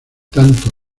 tanto